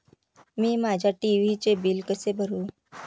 मी माझ्या टी.व्ही चे बिल कसे भरू?